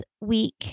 week